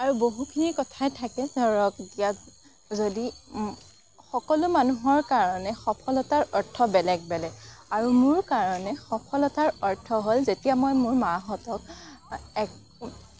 আৰু বহুতখিনি কথাই থাকে ধৰক ইয়াত যদি ও সকলো মানুহৰ কাৰণে সফলতাৰ অৰ্থ বেলেগ বেলেগ আৰু মোৰ কাৰণে সফলতাৰ অৰ্থ হ'ল যেতিয়া মই মোৰ মাহঁতক এক